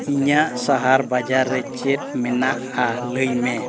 ᱤᱧᱟᱹᱜ ᱥᱚᱦᱚᱨ ᱵᱟᱡᱟᱨ ᱨᱮ ᱪᱮᱫ ᱢᱮᱱᱟᱜᱼᱟ ᱞᱟᱹᱭ ᱢᱮ